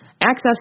access